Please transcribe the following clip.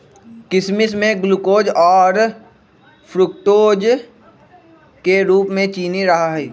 किशमिश में ग्लूकोज और फ्रुक्टोज के रूप में चीनी रहा हई